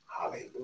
Hallelujah